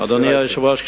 אדוני היושב-ראש,